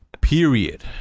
Period